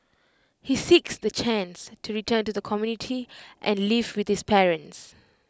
he seeks the chance to return to the community and live with his parents